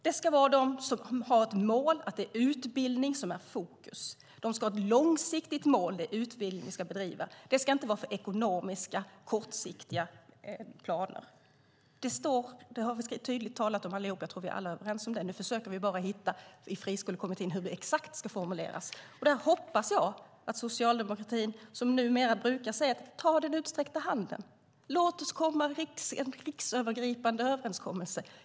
Det ska de göra som har ett mål och där det är utbildning som är i fokus. De ska ha ett långsiktigt mål för hur utbildningen ska bedrivas. Det ska inte vara ekonomiska kortsiktiga planer. Det tror jag att vi alla är överens om. Nu försöker vi i Friskolekommittén bara komma fram till hur det exakt ska formuleras. Socialdemokraterna brukar numera säga: Ta den utsträckta handen. Låt oss komma till en riksövergripande överenskommelse.